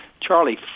Charlie